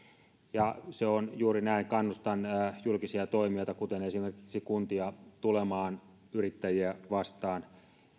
ja se on juuri näin kannustan julkisia toimijoita kuten esimerkiksi kuntia tulemaan yrittäjiä vastaan